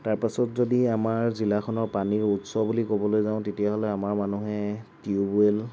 তাৰপাছত যদি আমাৰ জিলাখনৰ পানীৰ উৎস বুলি ক'বলৈ যাওঁ তেতিয়াহ'লে আমাৰ মানুহে টিউবৱেল